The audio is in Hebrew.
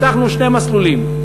פתחנו שני מסלולים: